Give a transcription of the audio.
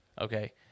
Okay